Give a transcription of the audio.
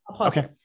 Okay